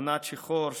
ענת שיחור,